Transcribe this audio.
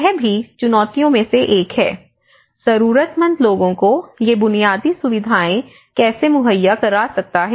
यह भी चुनौती में से एक है जरूरतमंद लोगों को ये बुनियादी सुविधाएं कैसे मुहैया करा सकता है